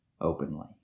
openly